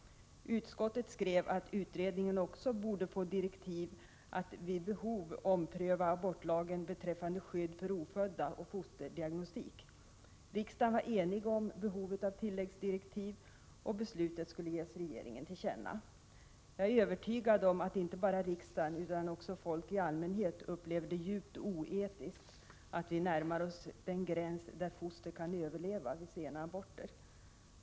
Utskottet skrev att utredningen också borde få direktiv att vid behov ompröva abortlagen beträffande skydd för ofödda och fosterdiagnostik. Riksdagen var enig om behovet av tilläggsdirektiv. Beslutet skulle ges regeringen till känna. Jag är övertygad om att inte bara riksdagen utan också folk i allmänhet upplever det som djupt oetiskt att vi närmar oss den gräns där foster kan överleva vid sena aborter.